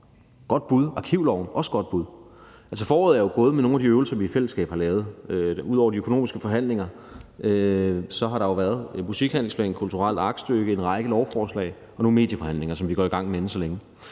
godt bud, og arkivloven er også et godt bud. Foråret er jo gået med nogle af de øvelser, vi i fællesskab har lavet. Ud over de økonomiske forhandlinger har der været en musikhandlingsplan, et kulturelt aktstykke, en række lovforslag og nogle medieforhandlinger, som vi går i gang med inden så længe.